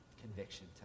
conviction